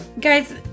Guys